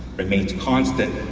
remains constant,